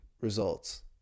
results